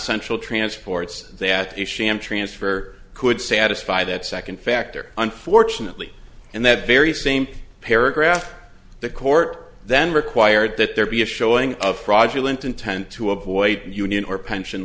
central transports that if sham transfer could satisfy that second factor unfortunately in that very same paragraph the court then required that there be a showing of fraudulent intent to avoid union or pension